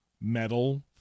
metal